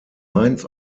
mainz